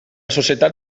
societat